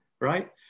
right